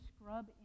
scrub